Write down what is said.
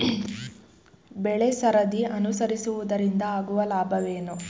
ಬೆಳೆಸರದಿ ಅನುಸರಿಸುವುದರಿಂದ ಆಗುವ ಲಾಭವೇನು?